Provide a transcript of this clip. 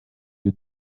you